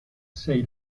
sei